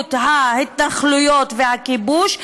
מדיניות ההתנחלויות והכיבוש.